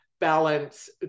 balance